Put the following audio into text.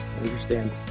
Understand